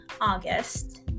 August